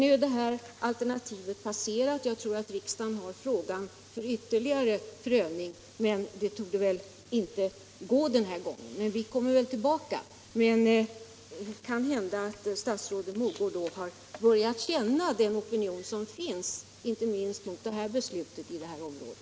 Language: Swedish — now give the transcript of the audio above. Nu har väl möjligheterna i detta fall gått förbi för den här gången, även om riksdagen har frågan för ytterligare prövning, men vi kommer tillbaka! Och statsrådet fru Mogård kanske då börjar känna av den opinion som finns mot de beslut som har fattats och som berör dessa områden.